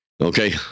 Okay